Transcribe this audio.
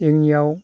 जोंनियाव